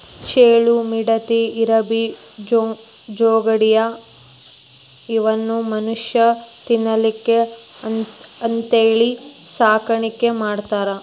ಚೇಳು, ಮಿಡತಿ, ಇರಬಿ, ಜೊಂಡಿಗ್ಯಾ ಇವನ್ನು ಮನುಷ್ಯಾ ತಿನ್ನಲಿಕ್ಕೆ ಅಂತೇಳಿ ಸಾಕಾಣಿಕೆ ಮಾಡ್ತಾರ